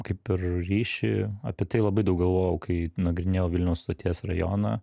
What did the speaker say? kaip ir ryšį apie tai labai daug galvojau kai nagrinėjau vilniaus stoties rajoną